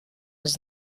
was